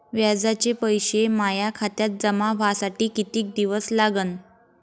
व्याजाचे पैसे माया खात्यात जमा व्हासाठी कितीक दिवस लागन?